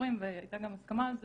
סבורים והיתה גם הסכמה על זה,